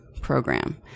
program